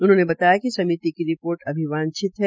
उन्होने बताया कि समित की रिपोर्ट अभी वांछित है